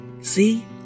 See